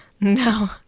No